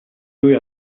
lui